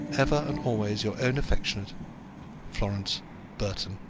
ever and always your own affectionate florence burton.